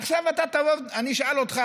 עכשיו אני אשאל אותך,